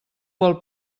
vol